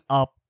up